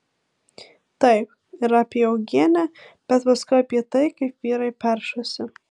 taip ir apie uogienę bet paskui apie tai kaip vyrai peršasi